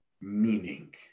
meaning